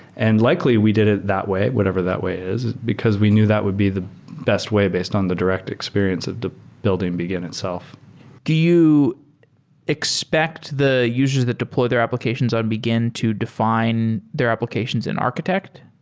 and likely, we did it that way whatever that way is, because we knew that would be the best way based on the direct experience of the building begin itself do you expect the users that deploy their applications on begin to defi ne their applications in architect?